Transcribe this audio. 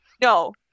No